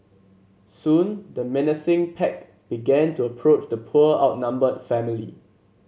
soon the menacing pack began to approach the poor outnumbered family